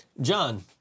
John